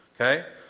Okay